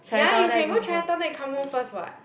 ya you can go Chinatown then you come home first [what]